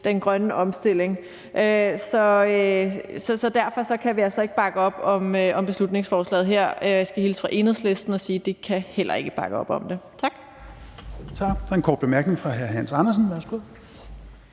den grønne omstilling. Så derfor kan vi altså ikke bakke op om beslutningsforslaget her. Jeg skal hilse fra Enhedslisten og sige, at de heller ikke kan bakke op om det. Kl.